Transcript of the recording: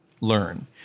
learn